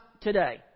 today